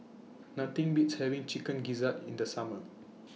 Nothing Beats having Chicken Gizzard in The Summer